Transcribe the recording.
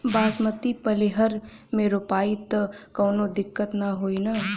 बासमती पलिहर में रोपाई त कवनो दिक्कत ना होई न?